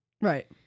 Right